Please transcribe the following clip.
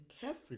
carefully